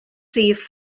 rhif